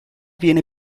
viene